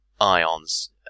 ions